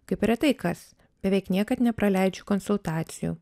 kaip retai kas beveik niekad nepraleidžiu konsultacijų